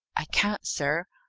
i can't, sir.